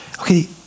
okay